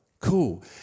Cool